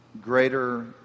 greater